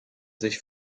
sich